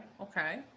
okay